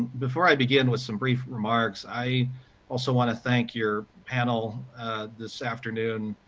before i begin with some brief remarks, i also want to thank your panel this afternoon,